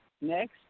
next